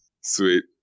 Sweet